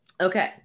okay